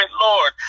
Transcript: Lord